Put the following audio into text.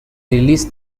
release